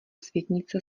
světnice